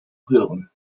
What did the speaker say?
hören